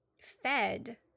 fed